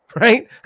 right